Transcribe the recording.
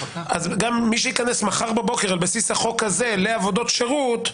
גם מי שייכנס מחר בבוקר על בסיס החוק הזה לעבודות שירות,